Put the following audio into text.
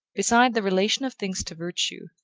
beside the relation of things to virtue,